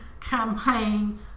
campaign